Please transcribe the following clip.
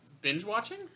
binge-watching